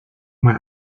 mal